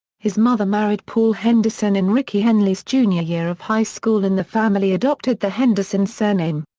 his mother married paul henderson in rickey henley's junior year of high school and the family adopted the henderson surname.